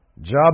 job